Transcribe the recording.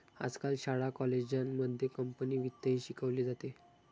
आजकाल शाळा कॉलेजांमध्ये कंपनी वित्तही शिकवले जाते